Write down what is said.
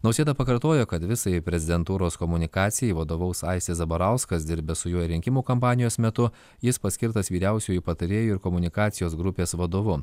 nausėda pakartojo kad visai prezidentūros komunikacijai vadovaus aistis zabarauskas dirbęs su juo rinkimų kampanijos metu jis paskirtas vyriausiuoju patarėju ir komunikacijos grupės vadovu